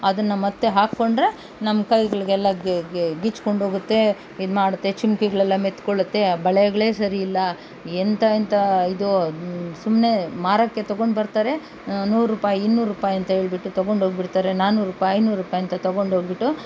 ಅದನ್ನು ಮತ್ತೆ ಹಾಕ್ಕೊಂಡ್ರೆ ನಮ್ಮ ಕೈಗಳಿಗೆಲ್ಲ ಗೀಚ್ಕೊಂಡು ಹೋಗುತ್ತೆ ಇದು ಮಾಡುತ್ತೆ ಚುಮ್ಪ್ಕಿಗಳೆಲ್ಲ ಮೆತ್ಕೊಳುತ್ತೆ ಬಳೆಗಳೇ ಸರಿ ಇಲ್ಲ ಎಂಥ ಎಂಥ ಇದು ಸುಮ್ನೆ ಮಾರೋಕ್ಕೆ ತೊಗೊಂಡು ಬರ್ತಾರೆ ನೂರು ರೂಪಾಯಿ ಇನ್ನೂರು ರೂಪಾಯಿ ಅಂತ ಹೇಳ್ಬಿಟ್ಟು ತೊಗೊಂಡು ಹೋಗ್ಬಿಡ್ತಾರೆ ನಾನ್ನೂರು ರೂಪಾಯಿ ಐನೂರು ರೂಪಾಯಿ ಅಂತ ತೊಗೊಂಡು ಹೋಗ್ಬಿಟ್ಟು